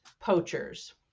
poachers